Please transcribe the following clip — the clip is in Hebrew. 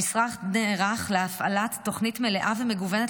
המשרד נערך להפעלת תוכנית מלאה ומגוונת